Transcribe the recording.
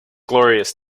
glorious